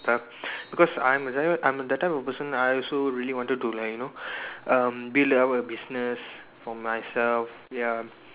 stuff because I'm I tell you I'm that type of person I also really wanted to you know um build up a business for myself ya